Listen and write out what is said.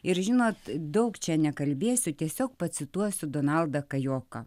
ir žinot daug čia nekalbėsiu tiesiog pacituosiu donaldą kajoką